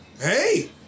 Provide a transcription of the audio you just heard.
Hey